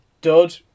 Dud